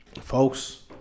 folks